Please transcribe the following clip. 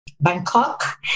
Bangkok